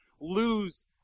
lose